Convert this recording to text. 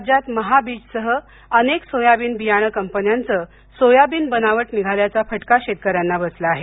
राज्यात महाबीजसह अनेक सोयाबीन बियाणे कंपन्यांचं सोयाबीन बनावट निघाल्याचा फटका शेतकऱ्यांना बसला आहे